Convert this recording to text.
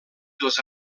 dels